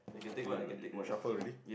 you you shuffle already